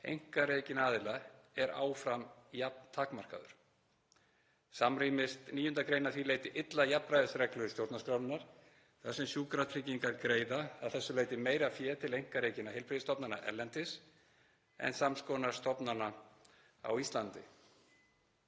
einkarekinna aðila er áfram jafn takmarkaður. Samrýmist 9. gr. að því leyti illa jafnræðisreglu stjórnarskrárinnar þar sem Sjúkratryggingar greiða að þessu leyti meira fé til einkarekinna heilbrigðisstofnana erlendis en sams konar stofnana á Íslandi.